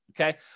Okay